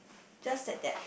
just like that